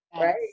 Right